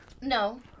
no